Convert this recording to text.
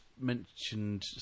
mentioned